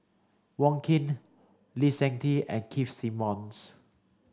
Wong Keen Lee Seng Tee and Keith Simmons